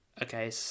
Okay